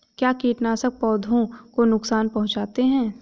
क्या कीटनाशक पौधों को नुकसान पहुँचाते हैं?